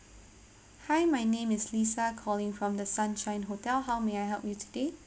hi my name is lisa calling from the sunshine hotel how may I help you today